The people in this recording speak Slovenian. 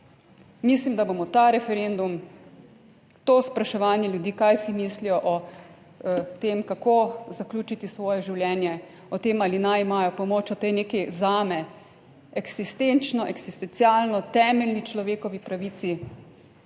Mislim, da bomo ta referendum, to spraševanje ljudi, kaj si mislijo o tem, kako zaključiti svoje življenje, o tem, ali naj imajo pomoč, o tej neki zame eksistenčno eksistencialno temeljni človekovi pravici,